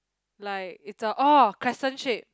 like it's a oh crescent shape